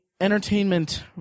entertainment